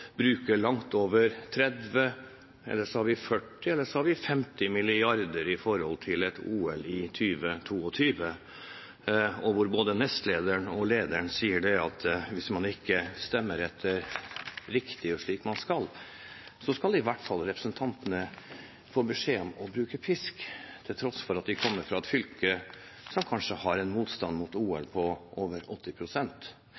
langt over 30 mrd. kr – eller sa de 40 mrd. kr eller 50 mrd. kr – på et OL i 2022, hvor både nestlederen og lederen sier at hvis man ikke stemmer riktig og slik man skal, skal representantene få beskjed om å bruke pisk, til tross for at de kommer fra et fylke som kanskje har en motstand mot